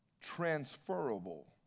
transferable